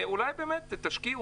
אולי תשקיעו,